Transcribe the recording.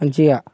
మంచిగా